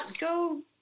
go